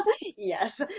Yes